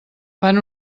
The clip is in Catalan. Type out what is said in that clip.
fan